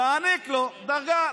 העניק לו דרגה.